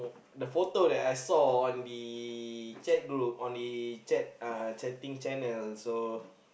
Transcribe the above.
the photo that I saw on the chat group on the chat uh chatting channel so